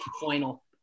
final